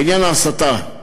בעניין ההסתה,